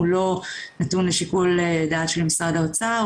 הוא לא נתון לשיקול דעת של משרד האוצר,